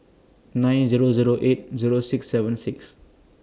nine Zero Zero eight Zero six seven six